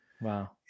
Wow